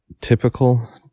typical